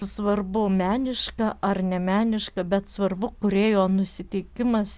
svarbu meniška ar nemeniška bet svarbu kūrėjo nusiteikimas